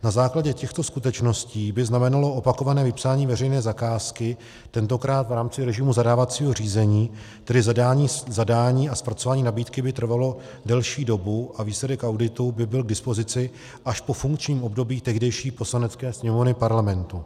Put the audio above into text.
Na základě těchto skutečností by znamenalo opakované vypsání veřejné zakázky, tentokrát v rámci režimu zadávacího řízení, tedy zadání a zpracování nabídky by trvalo delší dobu a výsledek auditu by byl k dispozici až po funkčním období tehdejší Poslanecké sněmovny Parlamentu.